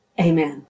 Amen